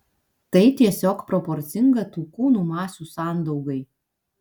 tai tiesiog proporcinga tų kūnų masių sandaugai